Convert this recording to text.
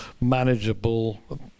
manageable